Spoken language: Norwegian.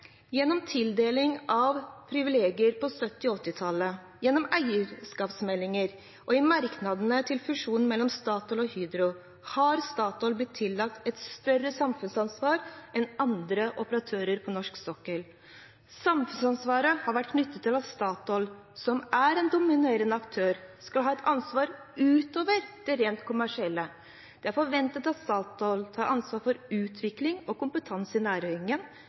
Gjennom tildeling av privilegier på 1970- og 1980-tallet, gjennom eierskapsmeldingen og i merknader til fusjonen mellom Statoil og Hydro har Statoil blitt tillagt et større samfunnsansvar enn andre operatører på norsk sokkel. Samfunnsansvaret har vært knyttet til at Statoil, som er en dominerende aktør, skal ha et ansvar utover det rent kommersielle. Det er forventet at Statoil tar ansvar for utvikling av kompetanse i næringen,